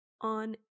on